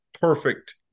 Perfect